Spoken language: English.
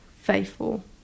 faithful